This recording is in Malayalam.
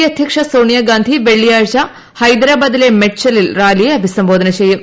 എ അധൃക്ഷ സോണിയാഗാന്ധി വെള്ളിയാഴ്ച ഹൈദരാബാദിലെ മെഡ്ചലിൽ റാലിയെ അഭിസംബോധന ചെയ്യും